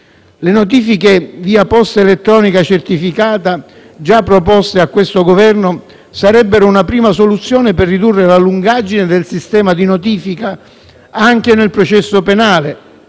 Le notifiche via posta elettronica certificata, già proposte a questo Governo, sarebbero una prima soluzione per ridurre la lungaggine del sistema di notifica anche nel processo penale,